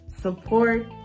support